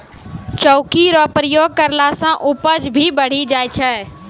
चौकी रो प्रयोग करला से उपज भी बढ़ी जाय छै